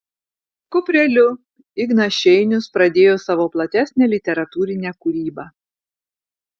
kupreliu ignas šeinius pradėjo savo platesnę literatūrinę kūrybą